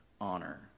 honor